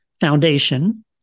Foundation